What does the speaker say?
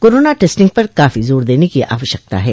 corona testing पर काफी जोर देने की आवश्यकता है